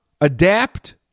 adapt